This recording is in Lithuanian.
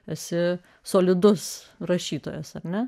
esi solidus rašytojas sapne